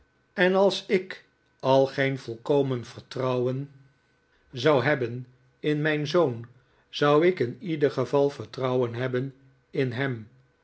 en als ik al geen volkomen vertrouwen zou hebben in mijn zoon zon ik in ieder geval vertrouwen hebben in hem